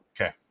Okay